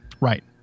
Right